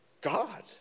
God